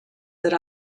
that